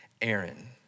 Aaron